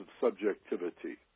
subjectivity